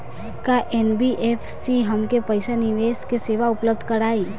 का एन.बी.एफ.सी हमके पईसा निवेश के सेवा उपलब्ध कराई?